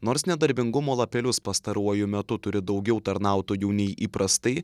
nors nedarbingumo lapelius pastaruoju metu turi daugiau tarnautojų nei įprastai